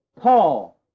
Paul